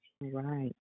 right